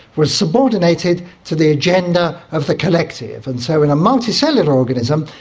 was subordinated to the agenda of the collective. and so in a multicellular organism,